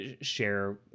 share